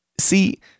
See